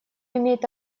имеет